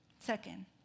Second